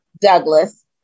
Douglas